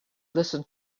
listened